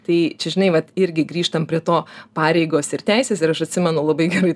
tai čia žinai vat irgi grįžtam prie to pareigos ir teisės ir aš atsimenu labai gerai